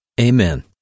Amen